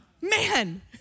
man